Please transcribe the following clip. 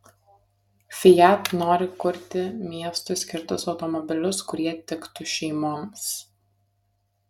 fiat nori kurti miestui skirtus automobilius kurie tiktų šeimoms